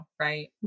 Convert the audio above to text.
right